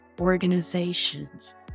organizations